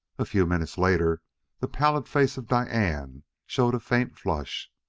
a few minutes later the pallid face of diane showed a faint flush,